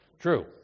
true